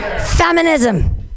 Feminism